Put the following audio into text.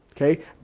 Okay